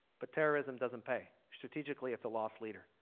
but terrorism doesn't pay. strategically it's a loss leader.